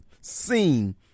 seen